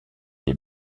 des